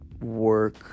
Work